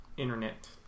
Internet